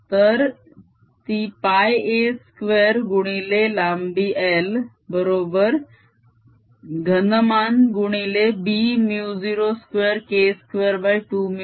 तर ती πa2 गुणिले लांबी l बरोबर घनमान गुणिले B 02K220